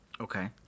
Okay